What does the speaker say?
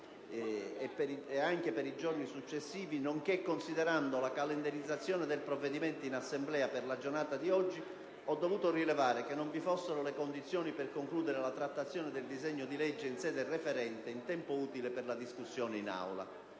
giorno e per i giorni successivi, nonché considerando la calendarizzazione del provvedimento in Assemblea per la giornata di oggi, ho dovuto rilevare che non vi erano le condizioni per concludere la trattazione del disegno di legge in sede referente in tempo utile per la discussione in Aula.